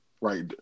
right